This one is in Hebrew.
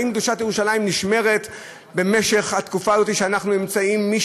האם קדושת ירושלים נשמרת בתקופה הזאת שאנחנו נמצאים בה,